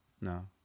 No